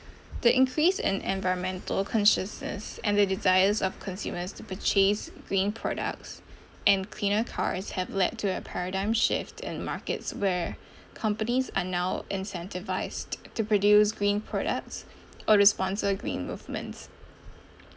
the increase in environmental consciousness and the desires of consumers to purchase green products and cleaner cars have led to a paradigm shift in markets where companies are now incentivised to produce green products or to sponsor green movements